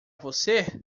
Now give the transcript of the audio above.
você